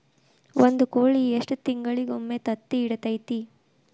ಒಂದ್ ಕೋಳಿ ಎಷ್ಟ ತಿಂಗಳಿಗೊಮ್ಮೆ ತತ್ತಿ ಇಡತೈತಿ?